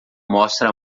mostra